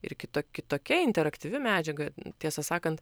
ir kito kitokia interaktyvi medžiaga tiesą sakant